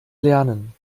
lernen